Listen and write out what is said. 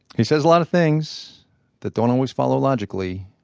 he says a lot of things that don't always follow logically.